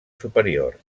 superior